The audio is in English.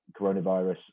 coronavirus